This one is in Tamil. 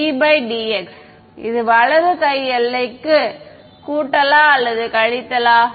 ddx இது வலது கை எல்லைக்கு கூட்டலா அல்லது கழித்தலா